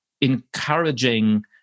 encouraging